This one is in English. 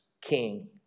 king